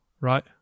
right